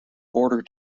order